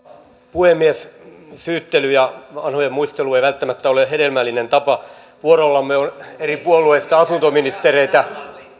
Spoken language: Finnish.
puhemies syyttely ja vanhojen muistelu ei välttämättä ole hedelmällinen tapa vuorollamme on eri puolueista asuntoministereitä